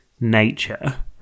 nature